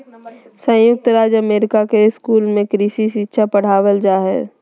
संयुक्त राज्य अमेरिका के स्कूल में कृषि शिक्षा पढ़ावल जा हइ